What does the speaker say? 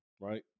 right